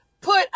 put